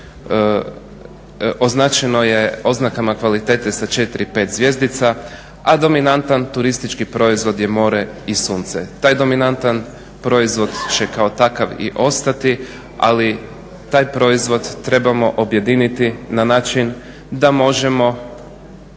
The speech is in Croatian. označeno je oznakama kvalitete sa 4 i 5 zvjezdica, a dominantan turistički proizvod je more i sunce. Taj dominantan proizvod će kao takav i ostati, ali taj proizvod trebamo objediniti na način da možemo